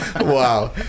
wow